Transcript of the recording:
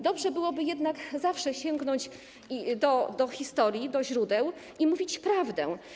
Dobrze byłoby jednak zawsze sięgnąć do historii, do źródeł i mówić prawdę.